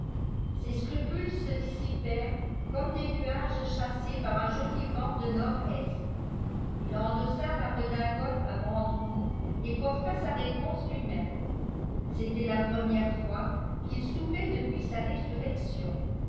scrupules se dissipèrent comme des nuages chassés par un joli vent de nordest il endossa la redingote à brandebourgs et porta sa réponse lui-même c'était la première fois qu'il soupait depuis sa résurrection